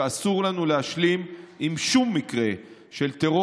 ואסור לנו להשלים עם שום מקרה של טרור